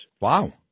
Wow